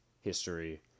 history